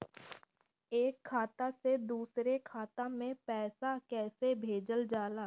एक खाता से दुसरे खाता मे पैसा कैसे भेजल जाला?